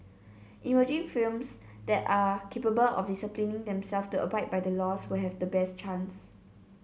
emerging firms that are capable of disciplining themselves to abide by the laws will have the best chance